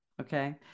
okay